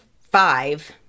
five